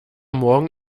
morgen